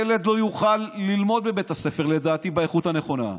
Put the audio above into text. ילד לא יוכל ללמוד בבית הספר באיכות הנכונה,